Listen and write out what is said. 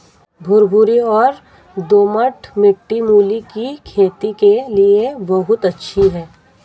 भुरभुरी और दोमट मिट्टी मूली की खेती के लिए बहुत अच्छी है